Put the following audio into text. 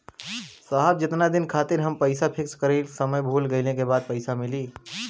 साहब जेतना दिन खातिर हम पैसा फिक्स करले हई समय पूरा भइले के बाद ही मिली पैसा?